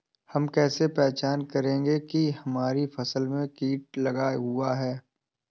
हम कैसे पहचान करेंगे की हमारी फसल में कीट लगा हुआ है?